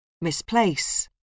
Misplace